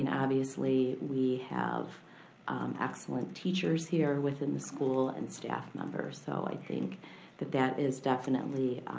and obviously we have excellent teachers here within the school and staff members. so i think that that is definitely